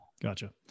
Gotcha